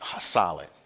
solid